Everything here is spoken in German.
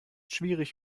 schwierig